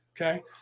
Okay